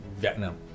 Vietnam